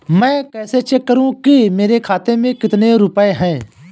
मैं कैसे चेक करूं कि मेरे खाते में कितने रुपए हैं?